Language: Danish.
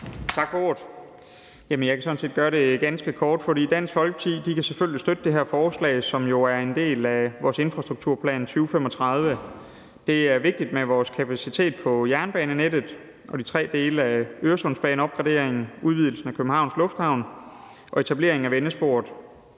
Tak for ordet. Jeg kan sådan set gøre det ganske kort, for Dansk Folkeparti kan selvfølgelig støtte det her forslag, som jo er en del af vores »Aftale om Infrastrukturplan 2035«. Det er vigtigt med vores kapacitet på jernbanenettet og de tre dele af Øresundsbaneopgraderingen, bl.a. udvidelsen af Københavns Lufthavn Station og etableringen af vendesporet.